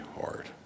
hard